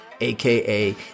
aka